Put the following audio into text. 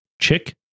chick